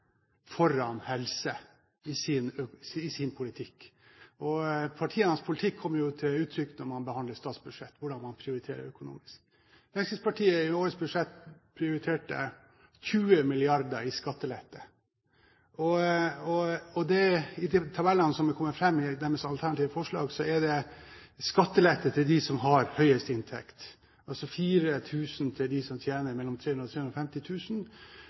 foran helse i sin politikk. Partienes politikk kommer jo til uttrykk når man behandler statsbudsjettet – hvordan man prioriterer økonomisk. Fremskrittspartiet prioriterte i årets budsjett 20 mrd. kr i skattelette, og i de tabellene som er kommet fram i deres alternative forslag, er det skattelette til dem som har høyest inntekt, altså 4 000 kr for dem som tjener mellom